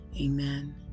Amen